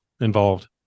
involved